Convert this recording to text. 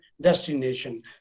destination